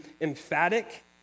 emphatic